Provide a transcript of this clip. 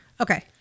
Okay